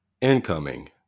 Incoming